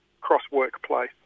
cross-workplace